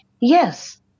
Yes